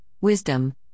wisdom